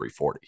340